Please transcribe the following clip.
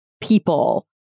people